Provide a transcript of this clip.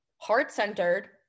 heart-centered